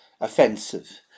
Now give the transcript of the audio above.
offensive